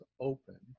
open